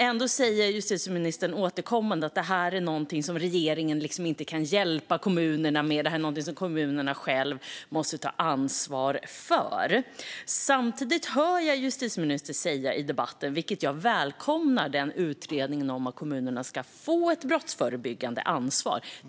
Ändå säger justitieministern återkommande att detta är något som regeringen inte kan hjälpa kommunerna med och som kommunerna själva måste ta ansvar för. Samtidigt hör jag justitieministern prata i debatten om utredningen om att kommunerna ska få ett brottsförebyggande ansvar, vilket jag välkomnar.